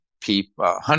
people